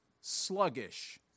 sluggish